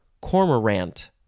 cormorant